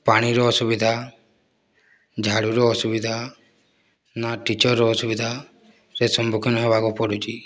ପାଣିର ଅସୁବିଧା ଝାଡ଼ୁର ଅସୁବିଧା ନା ଟିଚରର ଅସୁବିଧାରେ ସମ୍ମୁଖୀନ ହେବାକୁ ପଡ଼ୁଛି